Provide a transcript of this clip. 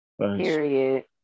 period